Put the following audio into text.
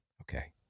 okay